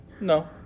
No